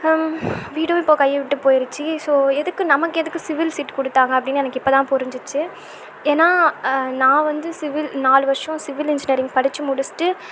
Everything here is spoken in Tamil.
வீடும் இப்போ கையை விட்டு போயிடுச்சு ஸோ எதுக்கு நமக்கு எதுக்கு சிவில் சீட் கொடுத்தாங்க அப்படின்னு எனக்கு இப்போ தான் புரிஞ்சிச்சு ஏன்னா நான் வந்து சிவில் நாலு வருடம் சிவில் இன்ஜினியரிங் படித்து முடித்துட்டு